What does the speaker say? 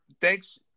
thanks